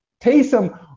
Taysom